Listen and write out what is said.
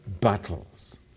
Battles